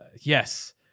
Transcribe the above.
Yes